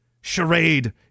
charade